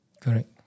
correct